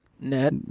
Net